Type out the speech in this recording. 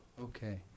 Okay